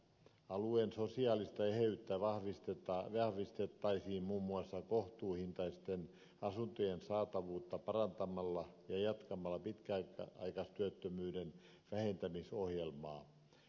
alueen sosiaalista eheyttä vahvistettaisiin muun muassa kohtuuhintaisten asuntojen saatavuutta parantamalla ja jatkamalla pitkäaikaistyöttömyyden vähentämisohjelmaa